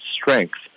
strength